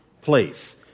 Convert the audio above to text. place